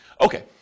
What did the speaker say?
Okay